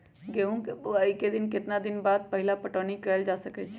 गेंहू के बोआई के केतना दिन बाद पहिला पटौनी कैल जा सकैछि?